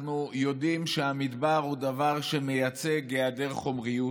אנחנו יודעים שהמדבר מייצג היעדר חומריות,